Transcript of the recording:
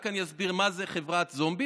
אני אסביר מה זה חברת זומבי.